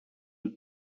een